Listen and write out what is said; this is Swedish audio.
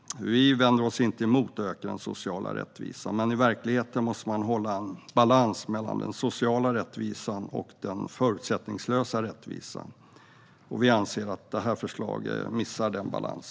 Vi vänder oss inte emot att öka den sociala rättvisan. Men i verkligheten måste man ha en balans mellan den sociala rättvisan och den förutsättningslösa rättvisan, och vi anser att förslaget missar denna balans.